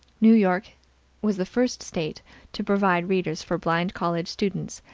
new york was the first state to provide readers for blind college students,